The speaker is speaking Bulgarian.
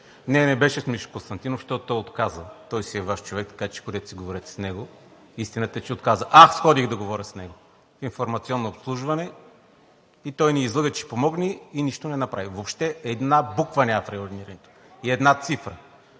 Не, не беше Мишо Константинов, защото той отказа. Той си е Ваш човек, така че вървете си говорете с него. Истината е, че отказа. Аз ходих да говоря с него в „Информационно обслужване“ и той ни излъга, че ще помогне и нищо не направи. Въобще една буква няма от районирането и една цифра.